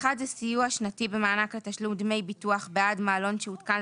1. סיוע שנתי במענק לתשלום דמי ביטוח בעד המעלון שהותקן,